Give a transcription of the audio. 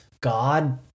God